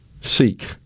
seek